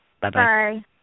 Bye-bye